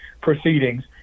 proceedings